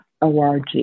Org